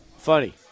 Funny